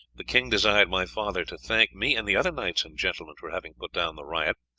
the king desired my father to thank me and the other knights and gentlemen for having put down the riot,